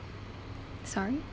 sorry